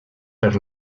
per